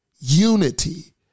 unity